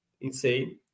insane